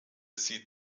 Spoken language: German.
sie